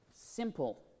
simple